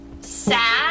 sad